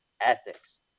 ethics